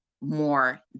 more